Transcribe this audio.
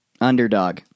Underdog